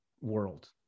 world